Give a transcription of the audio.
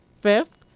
Fifth